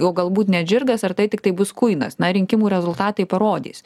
o galbūt net žirgas ar tai tiktai bus kuinas na rinkimų rezultatai parodys